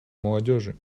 молодежи